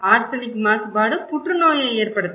arsenic மாசுபாடு புற்றுநோயை ஏற்படுத்தும்